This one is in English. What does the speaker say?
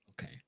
Okay